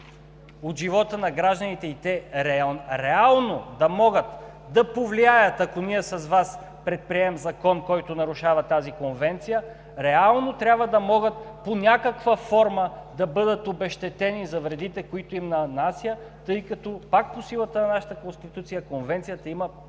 от живота на гражданите и те реално да могат да повлияят, ако ние с Вас предприемем закон, който нарушава тази конвенция, реално трябва да могат под някаква форма да бъдат обезщетени за вредите, които им нанася, тъй като, пак по силата на нашата Конституция, Конвенцията има по-голяма